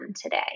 today